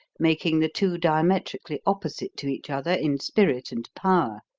making the two diametrically opposite to each other in spirit and power.